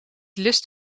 lust